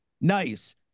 nice